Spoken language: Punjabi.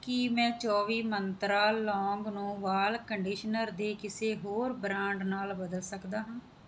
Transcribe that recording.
ਕੀ ਮੈਂ ਚੌਵੀ ਮੰਤਰਾਂ ਲੌਂਗ ਨੂੰ ਵਾਲ ਕੰਡੀਸ਼ਨਰ ਦੇ ਕਿਸੇ ਹੋਰ ਬ੍ਰਾਂਡ ਨਾਲ ਬਦਲ ਸਕਦਾ ਹਾਂ